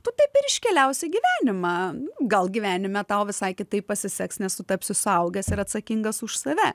tu taip ir iškeliausi į gyvenimą gal gyvenime tau visai kitaip pasiseks nes tu tapsi suaugęs ir atsakingas už save